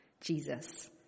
Jesus